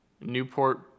Newport